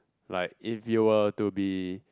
like if you were to be